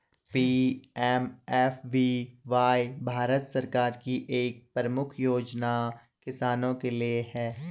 PMFBY Bharat सरकार की एक प्रमुख योजना किसानों के लिए है